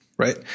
Right